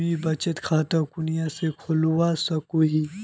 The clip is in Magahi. मुई बचत खता कुनियाँ से खोलवा सको ही?